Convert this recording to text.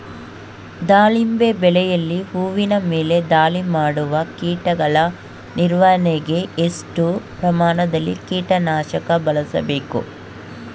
ದಾಳಿಂಬೆ ಬೆಳೆಯಲ್ಲಿ ಹೂವಿನ ಮೇಲೆ ದಾಳಿ ಮಾಡುವ ಕೀಟಗಳ ನಿರ್ವಹಣೆಗೆ, ಎಷ್ಟು ಪ್ರಮಾಣದಲ್ಲಿ ಕೀಟ ನಾಶಕ ಬಳಸಬೇಕು?